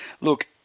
look